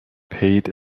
paid